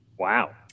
wow